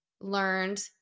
learned